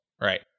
Right